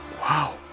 Wow